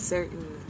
certain